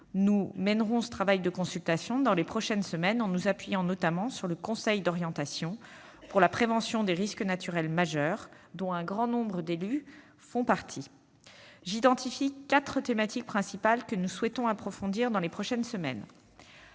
Nous mènerons ce travail dans les prochaines semaines, en nous appuyant notamment sur le Conseil d'orientation pour la prévention des risques naturels majeurs, dont un grand nombre d'élus font partie. J'identifie quatre thématiques principales que nous souhaitons approfondir dans les prochaines semaines.